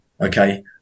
Okay